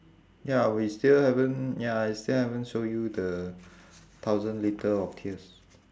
ya we still haven't ya I still haven't show you the thousand litre of tears